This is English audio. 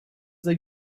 they